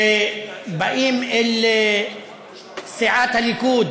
שבאים אל סיעת הליכוד